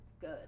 Good